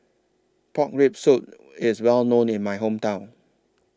Pork Rib Soup IS Well known in My Hometown